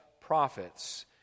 prophets